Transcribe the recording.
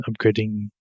upgrading